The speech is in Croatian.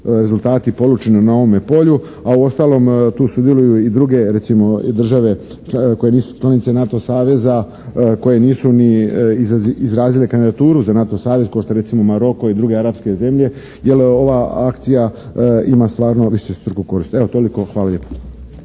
rezultati polučeni na ovome polju, a uostalom tu sudjeluju i druge recimo i države koje nisu članice NATO saveza. Koje nisu ni izrazile kandidaturu za NATO savez ko što je recimo Maroko i druge arapske zemlje jer ova akcija ima stvarno višestruku korist. Evo toliko, hvala lijepa.